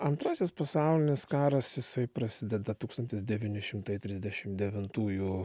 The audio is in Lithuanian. antrasis pasaulinis karas jisai prasideda tūkstantis devyni šimtai trisdešim devintųjų